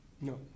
No